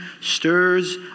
stirs